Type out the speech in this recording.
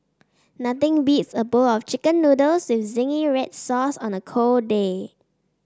nothing beats a bowl of chicken noodles with zingy red sauce on a cold day